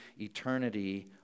eternity